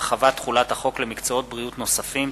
(הרחבת תחולת החוק למקצועות בריאות נוספים),